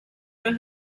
you